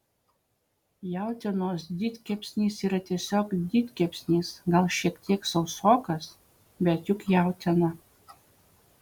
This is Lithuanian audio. jautienos didkepsnis yra tiesiog didkepsnis gal šiek tiek sausokas bet juk jautiena